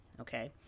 Okay